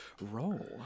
roll